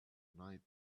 night